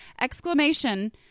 Exclamation